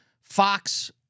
Fox